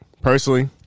personally